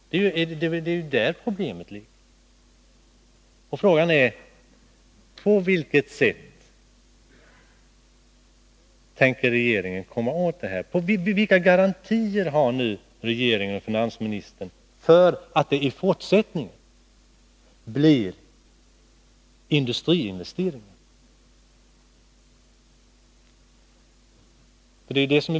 Det är ju där problemet ligger. Frågan är: På vilket sätt tänker regeringen komma åt detta? Vilka garantier har regeringen och finansministern för att det i fortsättningen skall bli industriinvesteringar?